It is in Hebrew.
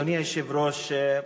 אדוני היושב-ראש,